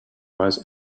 was